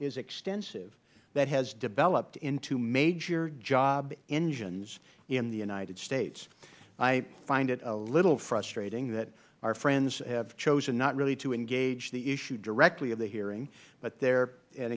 is extensive that has developed into major job engines in the united states i find it a little frustrating that our friends have chosen not really to engage the issue directly of the hearing but the